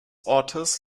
ortes